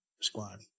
squad